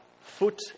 foot